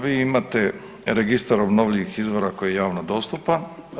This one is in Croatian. Vi imate Registar obnovljivih izvora koji je javno dostupan.